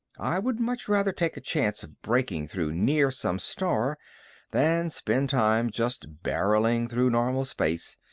i would much rather take a chance of breaking through near some star than spend time just barreling through normal space,